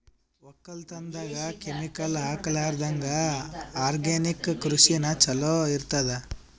ಒಕ್ಕಲತನದಾಗ ಕೆಮಿಕಲ್ ಹಾಕಲಾರದಂಗ ಆರ್ಗ್ಯಾನಿಕ್ ಕೃಷಿನ ಚಲೋ ಇರತದ